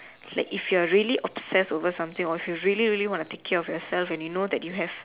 like if you're really obsess over something or you really really want to take care of yourself and you know that you have